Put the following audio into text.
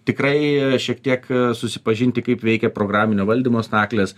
tikrai šiek tiek susipažinti kaip veikia programinio valdymo staklės